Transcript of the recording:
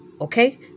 Okay